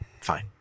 fine